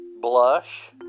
blush